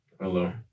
hello